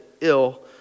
ill